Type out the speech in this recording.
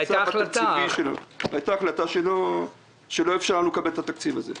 היתה החלטה שלא אפשרה לנו לקבל את התקציב הזה.